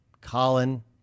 Colin